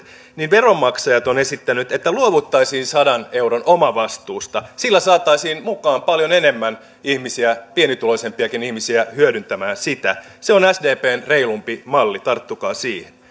niin veronmaksajat on esittänyt että luovuttaisiin sadan euron omavastuusta sillä saataisiin mukaan paljon enemmän ihmisiä pienituloisempiakin ihmisiä hyödyntämään sitä se on sdpn reilumpi malli tarttukaa siihen